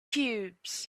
cubes